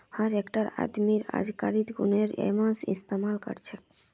हर एकटा आदमीक अजकालित गूगल पेएर इस्तमाल कर छेक